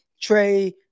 Trey